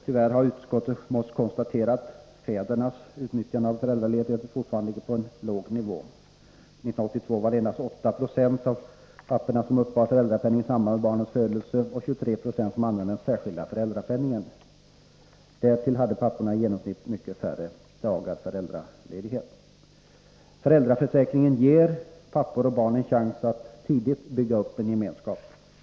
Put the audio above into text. Tyvärr har utskottet måst konstatera att fädernas utnyttjande av föräldraledigheten fortfarande ligger på en låg nivå. År 1982 var det endast 8 96 av fäderna som uppbar föräldrapenning i samband med barnets födelse och 23 76 som använde den särskilda föräldrapenningen. Därtill hade papporna i genomsnitt mycket färre dagar föräldraledigt. Föräldraförsäkringen ger pappor och barn en chans att tidigt bygga upp en gemenskap.